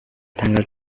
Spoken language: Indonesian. tanggal